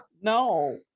no